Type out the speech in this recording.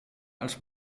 als